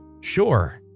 Sure